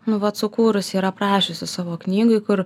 nu vat sukūrusi ir aprašiusi savo knygoj kur